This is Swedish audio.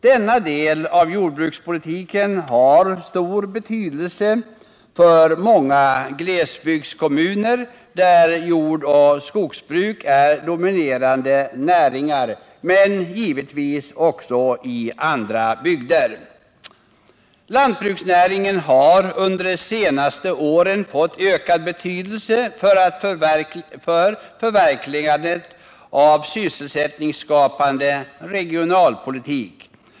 Denna del av jordbrukspolitiken har stor betydelse för många glesbygdskommuner, där jordoch skogsbruk är dominerande näringar, men givetvis också i andra bygder. Lantbruksnäringen har under de senaste åren fått ökad betydelse för förverkligandet av en sysselsättningsskapande regionalpolitik.